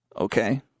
Okay